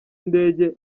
indege